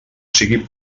sigui